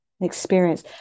experience